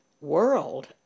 world